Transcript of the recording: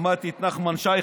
שמעתי את נחמן שי,